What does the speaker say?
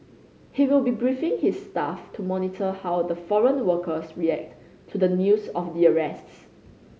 he will be briefing his staff to monitor how the foreign workers react to the news of the arrests